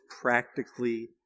practically